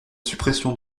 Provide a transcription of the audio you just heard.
suppression